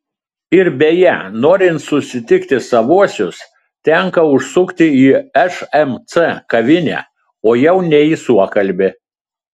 ir beje norint susitikti savuosius tenka užsukti į šmc kavinę o jau ne į suokalbį